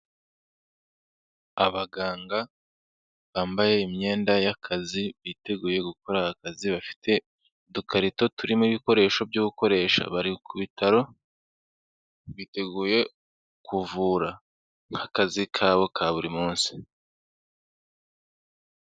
Abaganga bambaye imyenda y'akazi, biteguye gukora akazi bafite udukarito turimo ibikoresho byo gukoresha bari ku bitaro; biteguye kuvura nk'akazi kabo ka buri munsi.